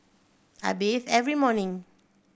I bathe every morning